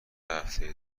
هفته